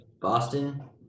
Boston